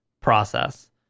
process